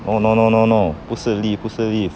no no no no no 不是 leaf 不是 leaf